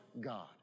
God